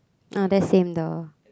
oh that's same door